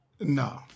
No